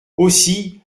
aussi